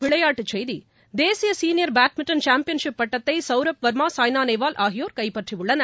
விளையாட்டுச் செய்திகள் தேசிய சீனியர் பேட்மிண்டன் சாம்பியன்ஷிப் பட்டத்தை சவ்ரவ் வர்மா சாய்னா நேவால் ஆகியோர் கைப்பற்றியுள்ளனர்